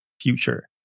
future